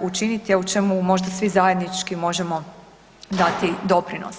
učiniti, a u čemu možda svi zajednički možemo dati doprinos.